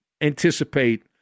anticipate